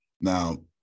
Now